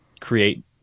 create